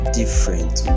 different